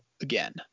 again